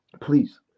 Please